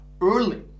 early